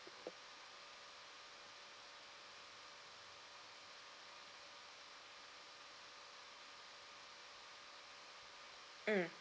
mm